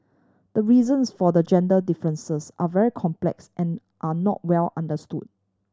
the reasons for the gender differences are very complex and are not well understood